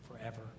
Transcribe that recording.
forever